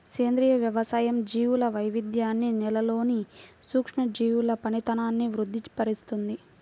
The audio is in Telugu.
సేంద్రియ వ్యవసాయం జీవుల వైవిధ్యాన్ని, నేలలోని సూక్ష్మజీవుల పనితనాన్ని వృద్ది పరుస్తుంది